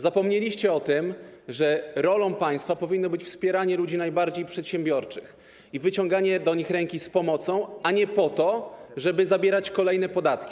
Zapomnieliście o tym, że rolą państwa powinno być wspieranie ludzi najbardziej przedsiębiorczych i wyciąganie do nich ręki z pomocą, a nie po to, żeby zabierać kolejne podatki.